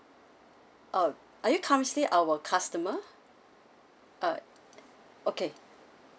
uh are you currently our customer uh okay